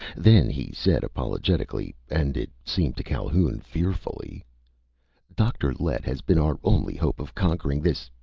then he said apologetically and it seemed to calhoun fearfully dr. lett has been our only hope of conquering this.